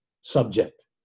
subject